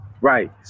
Right